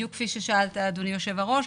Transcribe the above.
בדיוק כפי ששאלת אדוני היו"ר,